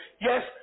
yes